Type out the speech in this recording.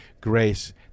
grace